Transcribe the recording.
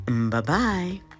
Bye-bye